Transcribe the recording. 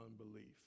unbelief